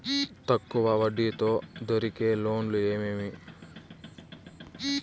తక్కువ వడ్డీ తో దొరికే లోన్లు ఏమేమి